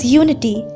unity